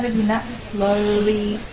ah nap slowly.